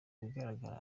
bigaragara